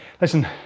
listen